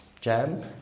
Jam